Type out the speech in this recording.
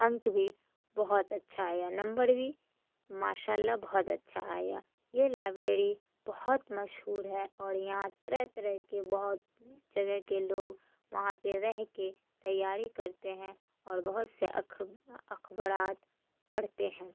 انک بھی بہت اچھا آیا نمبر بھی ماشاء اللہ بہت اچھا آیا یہ لائبریری بہت مشہور ہے اور یہاں طرح طرح کے بہت جگہ کے لوگ وہاں پہ رہ کے تیاری کرتے ہیں اور بہت سے اخبارات پڑھتے ہیں